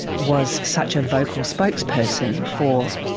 was such a vocal spokesperson for